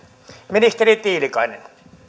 ministeri tiilikainen